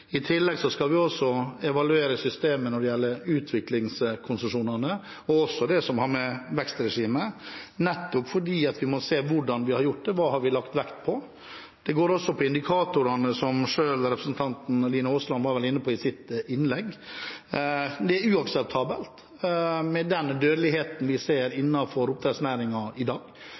I tillegg skal vi evaluere systemet når det gjelder utviklingskonsesjonene, og også det som har med vekstregimet å gjøre, nettopp fordi vi må se på hvordan vi har gjort det, og hva vi har lagt vekt på. Det går også på indikatorene som vel representanten Aasland selv var inne på i sitt innlegg. Den dødeligheten vi ser innenfor oppdrettsnæringen i dag, er uakseptabel. Man må lære av hverandre, for det er